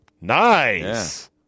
Nice